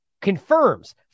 confirms